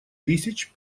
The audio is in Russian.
тысяч